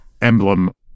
emblem